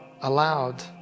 allowed